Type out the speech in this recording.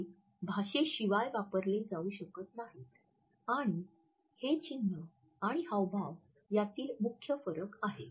ते भाषेशिवाय वापरले जाऊ शकत नाहीत आणि हे चिन्ह आणि हावभाव यांतील मुख्य फरक आहे